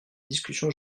discussion